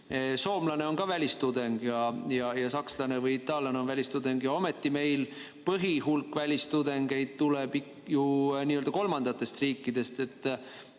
Soomlane on ka välistudeng ja sakslane ja itaallane on välistudeng. Ometi meil põhihulk välistudengeid tuleb ju nii-öelda kolmandatest riikidest.